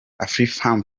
afrifame